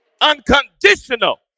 unconditional